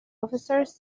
officers